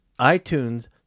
iTunes